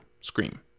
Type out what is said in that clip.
scream